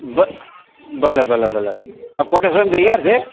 ભલે ભલે ભલે કોટેશન તૈયાર છે